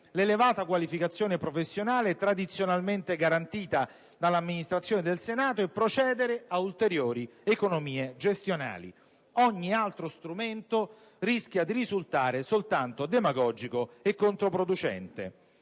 l'elevata qualificazione professionale tradizionalmente garantita dall'amministrazione del Senato e procedere ad ulteriori economie gestionali; ogni altro strumento rischia di risultare soltanto demagogico e controproducente.